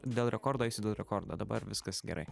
dėl rekordo eisiu dėl rekordo dabar viskas gerai